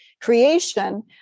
creation